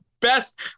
best